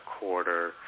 quarter